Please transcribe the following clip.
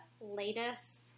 latest